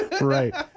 Right